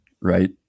right